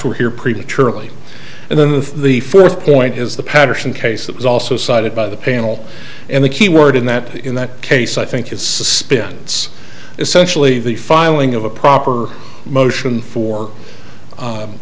we're here prematurely and then the first point is the patterson case that was also cited by the panel and the key word in that in that case i think is suspense essentially the filing of a proper motion for u